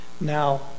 Now